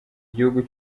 igihugu